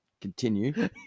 Continue